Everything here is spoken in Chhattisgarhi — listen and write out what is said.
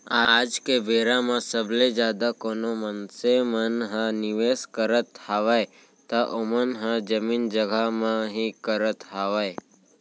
आज के बेरा म सबले जादा कोनो मनसे मन ह निवेस करत हावय त ओमन ह जमीन जघा म ही करत हावय